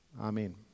Amen